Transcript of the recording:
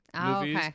movies